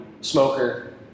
smoker